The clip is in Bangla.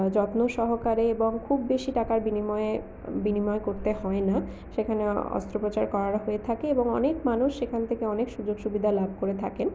যত্ন সহকারে এবং খুব বেশি টাকার বিনিময়ে বিনিময়ে করতে হয় না সেখানে অস্ত্রপচার করা হয়ে থাকে এবং অনেক মানুষ সেখান থেকে অনেক সুযোগ সুবিধা লাভ করে থাকেন